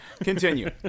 Continue